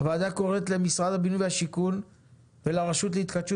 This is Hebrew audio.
הוועדה קוראת למשרד הבינוי והשיכון ולרשות להתחדשות